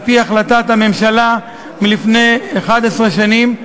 על-פי החלטת הממשלה מלפני 11 שנים,